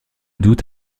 doute